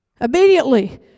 Immediately